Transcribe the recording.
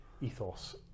ethos